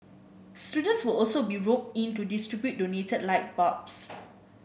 students will also be roped in to distribute donated light bulbs